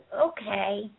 okay